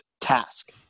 task